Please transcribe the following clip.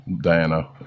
Diana